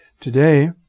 Today